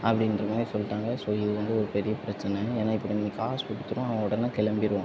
அப்படின்றமாரி சொல்லிட்டாங்க ஸோ இது வந்து ஒரு பெரிய பிரச்சனை ஏன்னா இப்போ நீங்கள் காசு கொடுத்துறோம் அவன் உடனே கிளம்பிருவான்